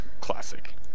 classic